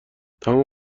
تمام